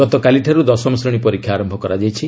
ଗତକାଲିଠାରୁ ଦଶମ ଶ୍ରେଣୀ ପରୀକ୍ଷା ଆରମ୍ଭ ହୋଇଯାଇଛି